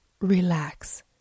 relax